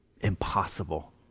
Impossible